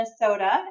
Minnesota